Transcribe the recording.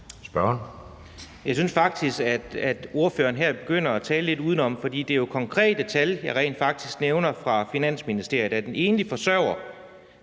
Jeg synes faktisk, at ordføreren her begynder at tale lidt udenom. For det er jo konkrete tal fra Finansministeriet, jeg rent faktisk